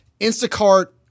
Instacart